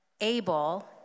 able